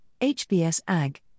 HBS-AG